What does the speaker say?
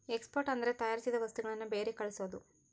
export ಅಂದ್ರೆ ತಯಾರಿಸಿದ ವಸ್ತುಗಳನ್ನು ಬೇರೆ ಕಳ್ಸೋದು